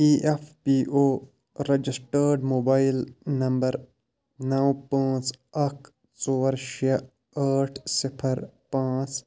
E F P O registered mobile number نو پانٛژھ اکھ ژور شےٚ ٲٹھ صِفَر پانٛژھ